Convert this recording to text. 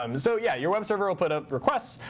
um so yeah, your web server will put up requests.